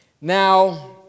Now